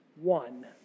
one